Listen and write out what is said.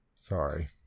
Sorry